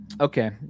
Okay